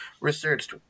researched